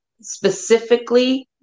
specifically